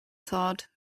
thought